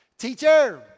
teacher